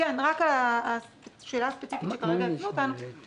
בעצם מבוטחים של קופת חולים כללית,